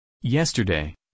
Yesterday